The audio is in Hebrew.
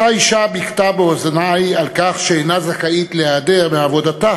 אותה אישה ביכתה באוזני על כך שאינה זכאית להיעדר מעבודתה